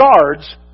guards